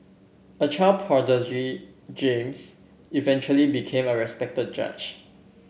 a child prodigy James eventually became a respected judge